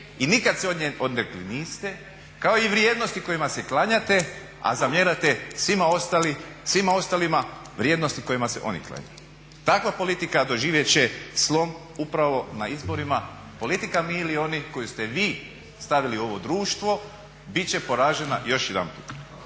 i nikad se od nje odrekli niste, kao i vrijednosti kojima se klanjate a zamjerate svima ostalima vrijednosti kojima se oni klanjaju. Takva politika doživjet će slom upravo na izborima, politika mi ili oni koju ste vi stavili u ovo društvo bit će poražena još jedanput.